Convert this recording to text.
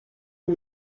que